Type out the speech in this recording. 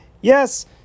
yes